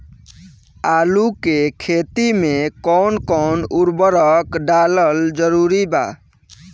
आलू के खेती मे कौन कौन उर्वरक डालल जरूरी बा?